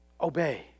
Obey